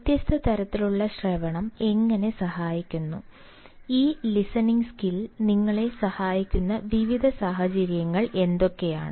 വ്യത്യസ്ത തരത്തിലുള്ള ശ്രവണം എങ്ങനെ സഹായിക്കുന്നു ഈ ലിസണിംഗ് സ്കിൽ നിങ്ങളെ സഹായിക്കുന്ന വിവിധ സാഹചര്യങ്ങൾ എന്തൊക്കെയാണ്